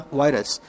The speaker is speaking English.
virus